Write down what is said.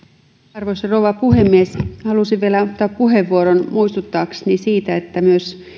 arvoisa rouva puhemies halusin vielä ottaa puheenvuoron muistuttaakseni siitä että myös